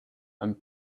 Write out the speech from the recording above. and